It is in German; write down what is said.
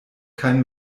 kein